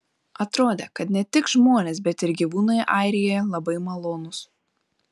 atrodė kad ne tik žmonės bet ir gyvūnai airijoje labai malonūs